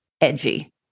edgy